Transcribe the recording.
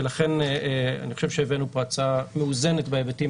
ולכן אני חושב שהבאנו פה הצעה מאוזנת בהיבטים